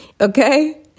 okay